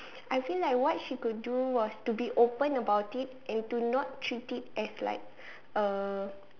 I feel like what she could do was to be open about it and to not treat it as like a